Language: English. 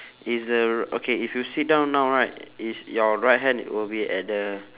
is the okay if you sit down now right is your right hand will be at the